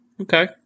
okay